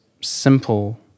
simple